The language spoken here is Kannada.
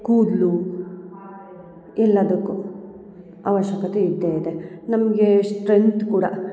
ಕೂದಲು ಎಲ್ಲಾದಕ್ಕು ಆವಶ್ಯಕತೆ ಇದ್ದೇ ಇದೆ ನಮಗೆ ಸ್ಟ್ರೆಂತ್ ಕೂಡ